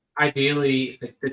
ideally